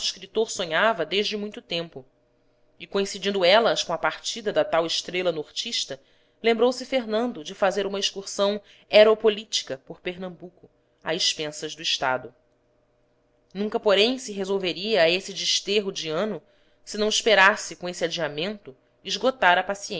escritor sonhava desde muito tempo e coincidindo elas com a partida da tal estrela nortista lembrou-se fernando de fazer uma excursão ero política por pernambuco a expensas do estado nunca porém se resolveria a esse desterro de ano se não esperasse com esse adiamento esgotar a